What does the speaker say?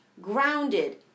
grounded